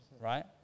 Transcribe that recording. right